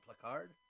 Placard